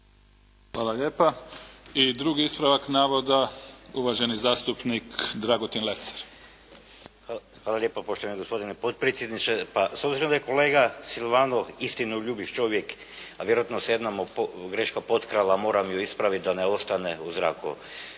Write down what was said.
Hvala lijepa. I drugi ispravak navoda, uvaženi zastupnik Dragutin Lesar. **Lesar, Dragutin (Nezavisni)** Hvala lijepa poštovani gospodine potpredsjedniče. Pa s obzirom da je kolega Silvano istinoljubiv čovjek, a vjerojatno se jedna mu greška potkrala, moram ju ispraviti da ne ostane u zraku,